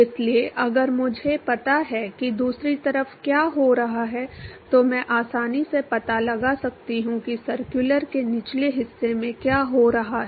इसलिए अगर मुझे पता है कि दूसरी तरफ क्या हो रहा है तो मैं आसानी से पता लगा सकता हूं कि सर्कुलर के निचले हिस्से में क्या हो रहा है